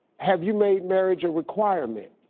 have you made marriage a requirement?